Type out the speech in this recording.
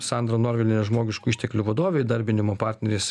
sandra norvilė žmogiškų išteklių vadovė įdarbinimo partneris